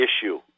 issue